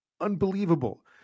unbelievable